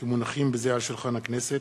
כי מונחים בזה על שולחן הכנסת